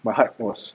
my heart was